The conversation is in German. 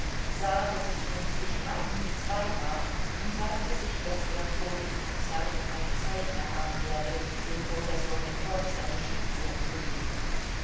sah daß es schon zwischen eins und zwei war und sagte sich daß er vor dein konzerte keine zeit mehr haben werde dem professor metrow seine schrift vorzulesen